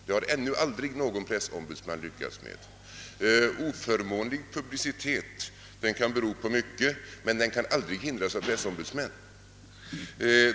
Det har ännu aldrig någon pressombudsman lyckats med. Oförmånlig publicitet kan ha många orsaker, men den kan aldrig förhindras av pressombudsmän.